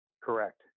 Correct